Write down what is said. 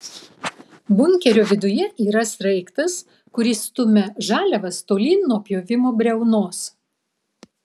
bunkerio viduje yra sraigtas kuris stumia žaliavas tolyn nuo pjovimo briaunos